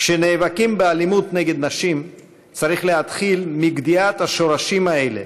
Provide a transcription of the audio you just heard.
כשנאבקים באלימות נגד נשים צריך להתחיל מגדיעת השורשים האלה